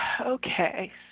Okay